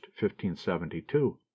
1572